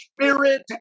Spirit